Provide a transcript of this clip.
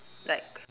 like